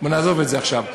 נעזוב את זה עכשיו.